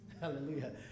Hallelujah